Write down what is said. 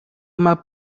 uma